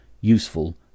useful